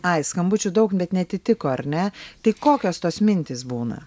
ai skambučių daug bet neatitiko ar ne tai kokios tos mintys būna